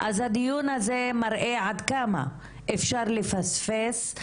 אז הדיון הזה מראה עד כמה אפשר לפספס.